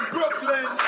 Brooklyn